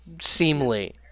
seemly